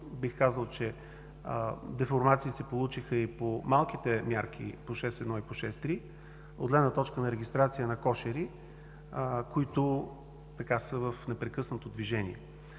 бих казал, че деформации се получиха и по мерките 6.1 и 6.3 от гледна точка на регистрация на кошери, които са в непрекъснато движение.